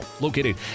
located